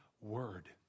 word